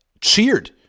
cheered